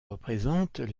représentent